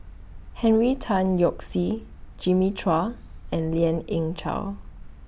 Henry Tan Yoke See Jimmy Chua and Lien Ying Chow